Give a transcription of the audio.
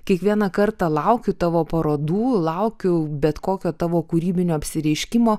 kiekvieną kartą laukiu tavo parodų laukiu bet kokio tavo kūrybinio apsireiškimo